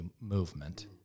movement